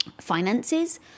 finances